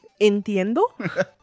Entiendo